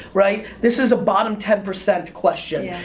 right? this is a bottom ten percent question. yeah